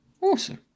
Awesome